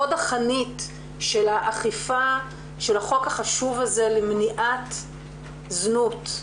חוד החנית של האכיפה של החוק החשוב הזה למניעת זנות,